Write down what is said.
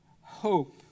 hope